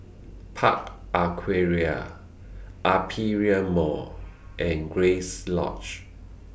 Park Aquaria Aperia Mall and Grace Lodge